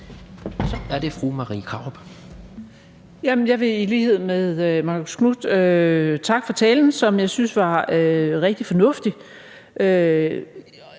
Kl. 16:56 Marie Krarup (DF): Jeg vil i lighed med Marcus Knuth takke for talen, som jeg synes var rigtig fornuftig